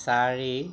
চাৰি